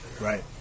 Right